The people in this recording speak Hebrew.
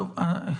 בסדר.